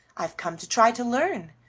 i've come to try to learn.